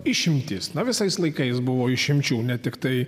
išimtis na visais laikais buvo išimčių ne tiktai